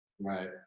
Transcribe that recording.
right